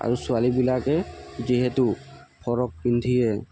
আৰু ছোৱালীবিলাকে যিহেতু ফ্ৰক পিন্ধিয়ে